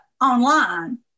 online